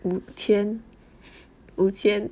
五千 五千